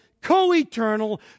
co-eternal